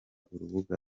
urubuga